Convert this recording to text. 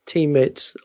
Teammates